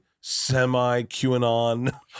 semi-QAnon